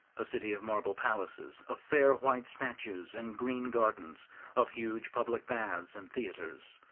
a city of marble palaces, of fair white statues and green gardens of huge public baths and theatres.